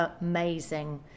amazing